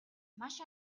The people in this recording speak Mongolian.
маш